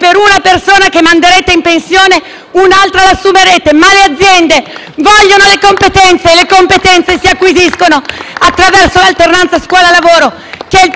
per una persona che manderete in pensione un'altra la assumerete? Le aziende vogliono le competenze, che si acquisiscono attraverso l'alternanza scuola-lavoro,